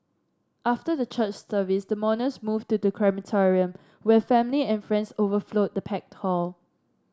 after the church service the mourners moved to the crematorium where family and friends overflowed the packed hall